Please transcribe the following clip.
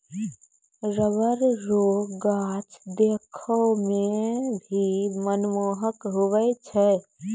rubber रो गाछ देखै मे भी मनमोहक हुवै छै